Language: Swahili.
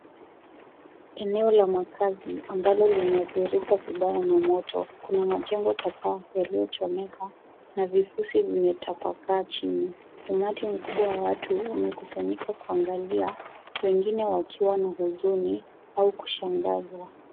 Eneo la makazi ambalo limeadhirika vibaya na moto. Kuna majengo kadhaa yaliyo chomeka na vifusi vimetabakaa chini. Umati mkubwa wa watu umekusanyika kuangalia wengine wakiwa na huzuni au kushangazwa.